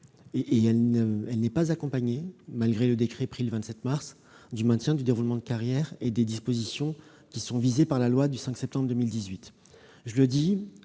qui n'est pas accompagnée, malgré le décret pris le 27 mars 2019, du maintien du déroulement de carrière et des dispositions visées par la loi du 5 septembre 2018. Je rejoins